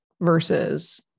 versus